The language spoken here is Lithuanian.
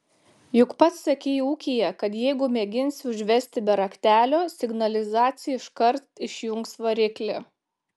juk pats sakei ūkyje kad jeigu mėginsi užvesti be raktelio signalizacija iškart išjungs variklį